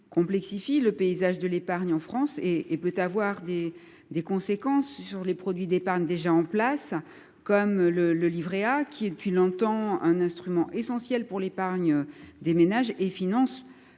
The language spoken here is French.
complexifie le paysage de l’épargne en France et qu’il peut avoir des conséquences sur les produits existants, comme le livret A, qui est depuis longtemps un instrument essentiel d’épargne des ménages et de